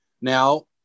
Now